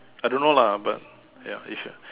I don't know lah but ya if you're